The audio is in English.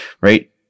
right